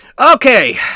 Okay